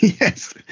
yes